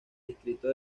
distrito